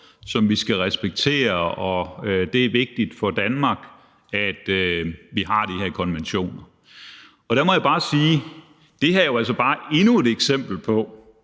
som vi skal respektere, og at det er vigtigt for Danmark, at vi har de her konventioner. Til det må jeg bare sige, at det her jo bare er endnu et eksempel på,